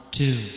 two